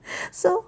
so